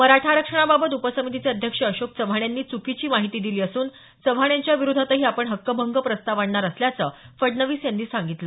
मराठा आरक्षणाबाबत उपसमितीचे अध्यक्ष अशोक चव्हाण यांनी च्रकीची माहिती दिली असून चव्हाण यांच्या विरोधातही आपण हक्कभंग प्रस्ताव आणणार असल्याचं फडणवीस यांनी सांगितलं